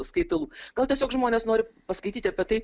skaitalų gal tiesiog žmonės nori paskaityti apie tai